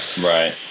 Right